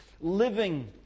living